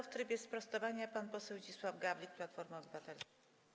W trybie sprostowania pan poseł Zdzisław Gawlik, Platforma Obywatelska.